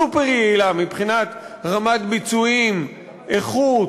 סופר-יעילה מבחינת רמת ביצועים, איכות,